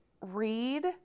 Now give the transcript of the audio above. read